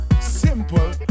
simple